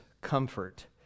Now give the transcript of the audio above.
comfort